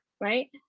right